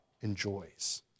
enjoys